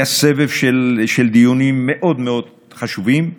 זה היה סבב של דיונים מאוד מאוד חשובים,